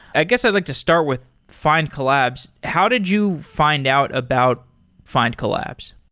i guess i'd like to start with findcollabs. how did you find out about findcollabs?